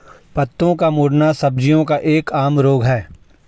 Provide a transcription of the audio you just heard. पत्तों का मुड़ना सब्जियों का एक आम रोग है